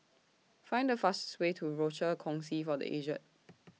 Find The fastest Way to Rochor Kongsi For The Aged